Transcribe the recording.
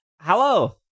Hello